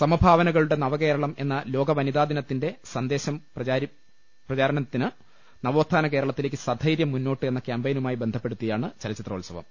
സമ ഭാവനകളുടെ നവകേരളം എന്ന ലോക വനിതാ ദിനത്തിന്റെ സന്ദേശം പ്രചാരിപ്പിക്കുന്നതിന് നവോത്ഥാന കേരളത്തിലേക്ക് സധൈര്യം മുന്നോട്ട് എന്ന കൃാമ്പയിനുമായി ബന്ധപ്പെടുത്തിയാണ് ചലച്ചിത്രോ ത്സവം